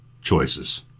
choices